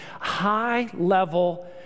high-level